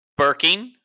birking